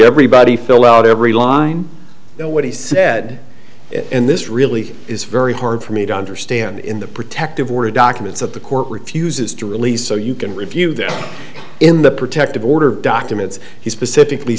everybody fill out every line now what he said in this really is very hard for me to understand in the protective order documents that the court refuses to release so you can review them in the protective order documents he specifically